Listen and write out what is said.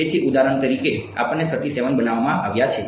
તેથી ઉદાહરણ તરીકે અહીં આપણને બનાવવામાં આવ્યા છે